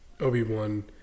Obi-Wan